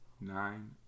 nine